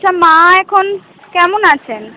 আচ্ছা মা এখন কেমন আছেন